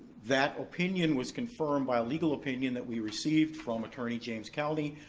that opinion was confirmed by legal opinion that we received from attorney james caldey,